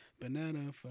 banana